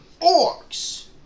orcs